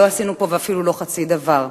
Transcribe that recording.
לא עשינו פה ואפילו לא חצי דבר.